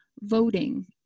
voting